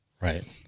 Right